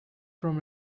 from